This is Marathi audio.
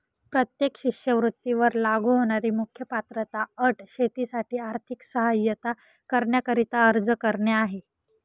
प्रत्येक शिष्यवृत्ती वर लागू होणारी मुख्य पात्रता अट शेतीसाठी आर्थिक सहाय्यता करण्याकरिता अर्ज करणे आहे